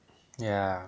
ya